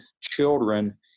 children